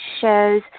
shows